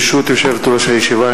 ברשות יושבת-ראש הישיבה,